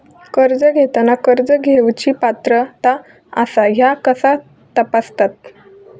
कर्ज घेताना कर्ज घेवची पात्रता आसा काय ह्या कसा तपासतात?